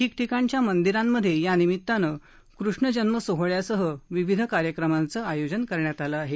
ठिकठिकाणच्या मंदिरांमध्ये या निमितानं कृष्ण जन्म सोहळ्यासह विविध कार्यक्रमांचं आयोजन करण्यात आलं आहे